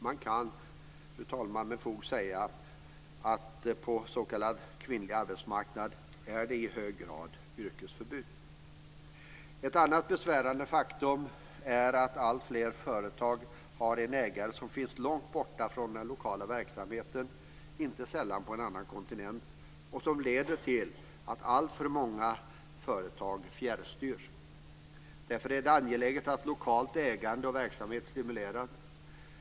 Man kan, fru talman, med fog säga att på den s.k. kvinnliga arbetsmarknaden råder i hög grad yrkesförbud. Ett annat besvärande faktum är att alltfler företag har en ägare som finns långt borta från den lokala verksamheten - inte sällan på en annan kontinent. Det leder till att alltför många företag fjärrstyrs. Därför är det angeläget att lokalt ägande och verksamhet stimuleras.